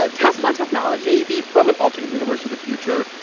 ah tesla technology. maybe from an alternate universe of the future.